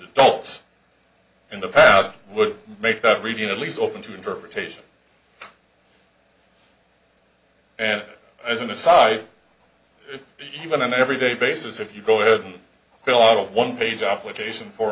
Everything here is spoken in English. adults in the past would make that review at least open to interpretation and as an aside even an every day basis if you go ahead and fill out a one page application for